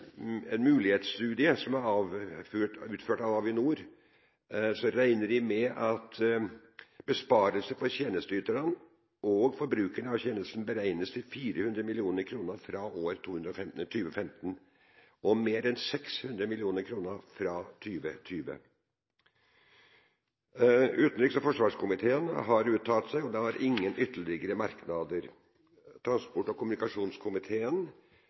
en mulighetsstudie som er utført av Avinor, regner en med at besparelser for tjenesteyterne og forbrukerne av tjenesten beregnes til 400 mill. kr fra år 2015 og mer enn 600 mill. kr fra 2020. Utenriks- og forsvarskomiteen har uttalt seg, og de hadde ingen ytterligere merknader. Transport- og kommunikasjonskomiteen